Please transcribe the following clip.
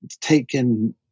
taken